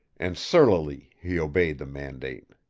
and surlily he obeyed the mandate.